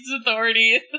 authority